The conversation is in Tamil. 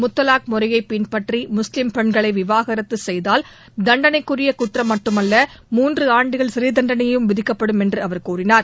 முத்தவாக் முறையை பின்பற்றி முஸ்லிம் பெண்களை விவகாரத்து செய்தால் தண்டனைக்குரிய குற்றம் மட்டுமல்ல மூன்றாண்டுகள் சிறைத் தண்டனையும் விதிக்கப்படும் என்று அவர் கூறினார்